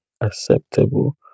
acceptable